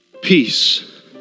Peace